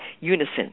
unison